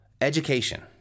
education